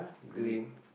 green